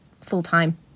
full-time